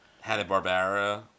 Hanna-Barbera